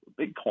Bitcoin